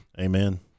Amen